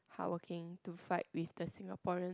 hardworking to fight with the Singaporean